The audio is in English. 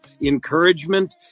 encouragement